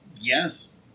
Yes